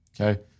okay